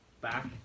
back